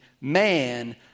man